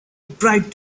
bright